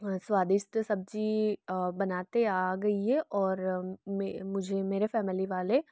स्वादिष्ट सब्ज़ी बनाते आ गई है और में मुझे मेरे फ़ैमिली वाले